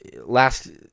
last